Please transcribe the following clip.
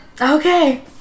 okay